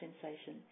sensation